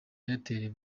airtel